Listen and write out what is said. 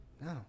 No